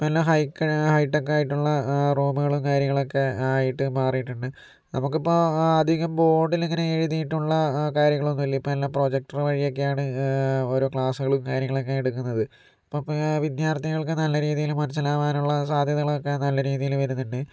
ഇപ്പോൾ എല്ലാം ഹൈ ഹൈടെക്കായിട്ടുള്ള റൂമുകളും കാര്യങ്ങളും ക്കെ ആയിട്ട് മാറീട്ടുണ്ട് നമ്മക്കിപ്പോൾ അധികം ബോർഡിൽ ഇങ്ങനെ എഴുതിയിട്ടുള്ള കാര്യങ്ങളൊന്നുമില്ല ഇപ്പൊ എല്ലാം പ്രൊജക്ടർ വഴിയൊക്കെയാണ് ഓരോ ക്ലാസുകളും കാര്യങ്ങളൊക്കെ എടുക്കുന്നത് അപ്പോൾ വിദ്യാർഥികൾക്ക് നല്ല രീതിയിൽ മനസ്സിലാക്കാനുള്ള സാധ്യതകളൊക്കെ നല്ല രീതീല് വരുന്നുണ്ട്